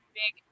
big